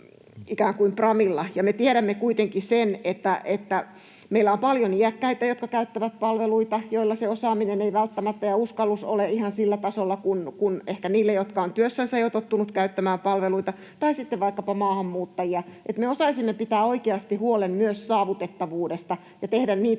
ikään kuin framilla. Ja me tiedämme kuitenkin sen, että meillä on paljon iäkkäitä, jotka käyttävät palveluita, joilla se osaaminen ei välttämättä, ja uskallus, ole ihan sillä tasolla kuin ehkä niillä, jotka ovat työssänsä jo tottuneet käyttämään palveluita — tai sitten vaikkapa maahanmuuttajilla — että me osaisimme pitää oikeasti huolen myös saavutettavuudesta ja tehdä niitä